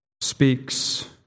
speaks